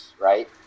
right